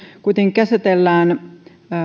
kuitenkin käsitellään